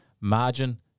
margin